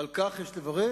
ועל כך יש לברך.